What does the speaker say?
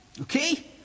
okay